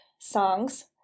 songs